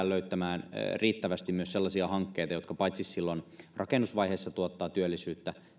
löytämään riittävästi myös sellaisia hankkeita jotka paitsi silloin rakennusvaiheessa tuottavat työllisyyttä